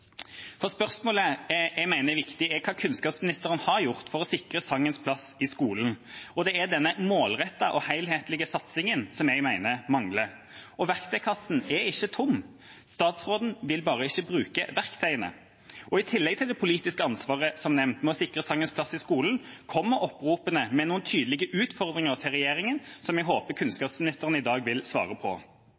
Spørsmålet jeg mener er viktig, er hva kunnskapsministeren har gjort for å sikre sangens plass i skolen. Det er denne målrettede og helhetlige satsingen som jeg mener mangler. Og verktøykassa er ikke tom – statsråden vil bare ikke bruke verktøyene. I tillegg til det politiske ansvaret, som nevnt, med å sikre sangens plass i skolen kommer oppropene med noen tydelige utfordringer til regjeringa, som jeg håper kunnskapsministeren i dag vil svare på: